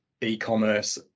e-commerce